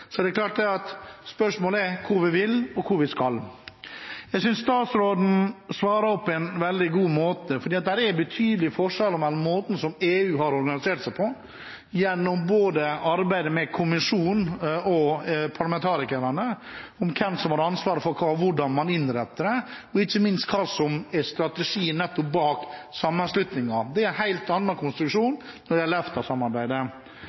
Så det er klart at spørsmålet er hvor vi vil, og hvor vi skal. Jeg synes statsråden svarer på en veldig god måte, for det er betydelige forskjeller i måten som EU har organisert seg på gjennom arbeidet med både kommisjonen og parlamentarikerne når det gjelder hvem som har ansvaret for hva, hvordan man innretter det, og ikke minst hva som er strategien bak nettopp sammenslutningen. Det er en helt annen konstruksjon når det gjelder EFTA-samarbeidet. Det er